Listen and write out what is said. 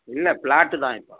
இல்லை பிளாட் தான் இப்போ